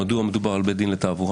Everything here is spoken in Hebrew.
מדוע מדובר על בית דין לתעבורה,